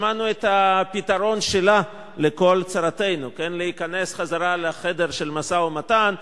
שמענו את הפתרון שלה לכל צרותינו: להיכנס חזרה לחדר המשא-ומתן,